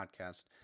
podcast